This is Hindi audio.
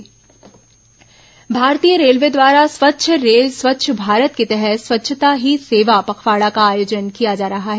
रेलवे स्वच्छता पखवाडा भारतीय रेलवे द्वारा स्वच्छ रेल स्वच्छ भारत के तहत स्वच्छता ही सेवा पखवाड़ा का आयोजन किया जा रहा है